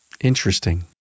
Interesting